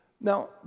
Now